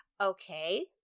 Okay